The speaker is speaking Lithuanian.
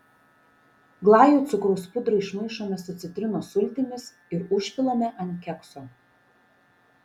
glajui cukraus pudrą išmaišome su citrinos sultimis ir užpilame ant kekso